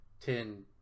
ten